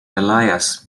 elias